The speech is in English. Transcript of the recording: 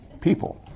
people